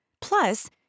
Plus